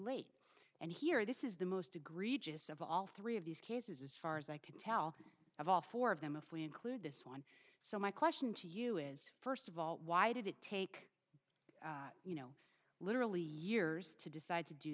late and here this is the most egregious of all three of these cases as far as i can tell of all four of them if we include this one so my question to you is first of all why did it take you know literally years to decide to do